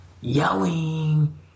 yelling